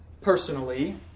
personally